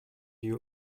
you